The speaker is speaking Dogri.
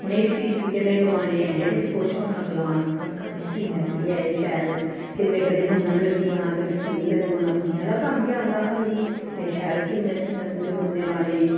ते उ'नें बी सीऽ सुइयै में लोआने उ'नें बी बड़े खुश होना भला आं कपड़े सीऽ लैंदी ऐ एह् शैल फिर में कदें बुनन लगी पौना कदें सीह्न लगी पौना बुनने आह्ला कम्म बी आंदा हा मिगी में शैल सीह्ने सूहने समझो बुनने बानने